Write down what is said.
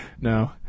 no